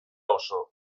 oso